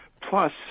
plus